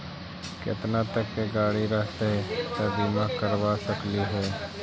केतना तक के गाड़ी रहतै त बिमा करबा सकली हे?